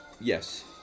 Yes